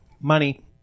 Money